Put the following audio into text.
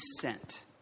sent